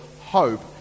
hope